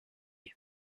but